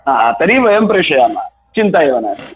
आ आ तर्हि वयं प्रेषयामः चिन्ता एव नास्ति